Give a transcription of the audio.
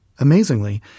Amazingly